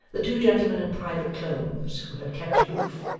the two gentlemen in private clothes who had kept aloof,